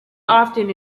often